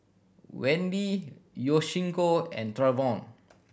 Wendy Yoshiko and Trayvon